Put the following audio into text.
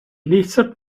lihtsalt